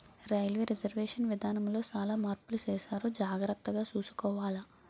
railway reservation విధానములో సాలా మార్పులు సేసారు జాగర్తగ సూసుకోవాల